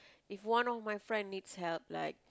if one of my friend needs help like